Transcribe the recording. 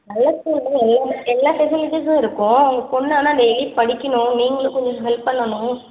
நல்ல ஸ்கூலுங்க எல்லாம் எல்லா ஃபெசிலிட்டிஸும் இருக்கும் உங்கள் பொண்ணு ஆனால் டெய்லி படிக்கணும் நீங்களும் கொஞ்சம் ஹெல்ப் பண்ணனும்